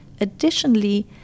Additionally